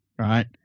right